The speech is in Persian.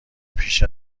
پیش